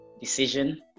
decision